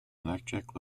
electric